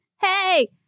Hey